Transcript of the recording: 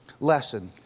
lesson